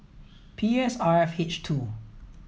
P S R F H two